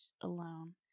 alone